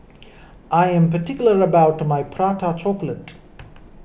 I am particular about my Prata Chocolate